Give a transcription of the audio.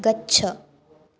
गच्छ